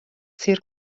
sir